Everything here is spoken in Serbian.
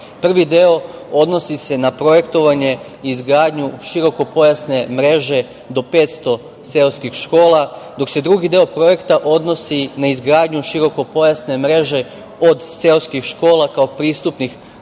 Prvi deo odnosi se na projektovanje i izgradnju širokopojasne mreže do 500 seoskih škola, dok se drugi deo Projekta odnosi na izgradnju širokopojasne mreže od seoskih škola kao pristupnih tačaka